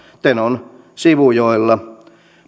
tenon sivujoilla